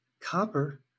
copper